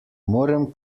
morem